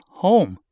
home